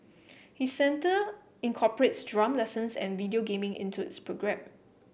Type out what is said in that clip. his centre incorporates drum lessons and video gaming into its programme